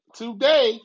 today